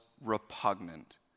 repugnant